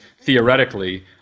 theoretically